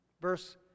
Verse